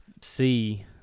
see